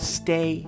stay